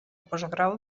postgrau